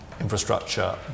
Infrastructure